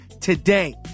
today